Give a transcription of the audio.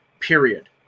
period